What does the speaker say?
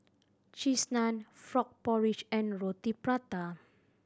Cheese Naan frog porridge and Roti Prata